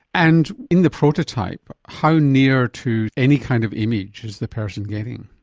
and in the prototype, how near to any kind of image is the person getting?